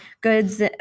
goods